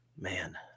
Man